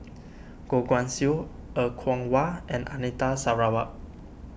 Goh Guan Siew Er Kwong Wah and Anita Sarawak